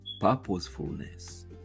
purposefulness